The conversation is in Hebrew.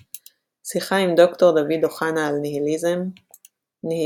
שיחה עם ד"ר דוד אוחנה על ניהיליזם ניהיליזם,